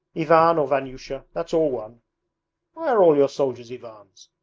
ivan or vanyusha, that's all one. why are all your soldiers ivans?